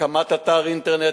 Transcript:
הקמת אתר אינטרנט,